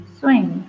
Swing